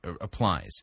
applies